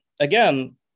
Again